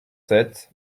sept